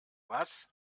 was